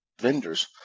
vendors